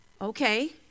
Okay